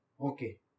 Okay